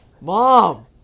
mom